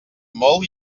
molt